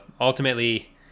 ultimately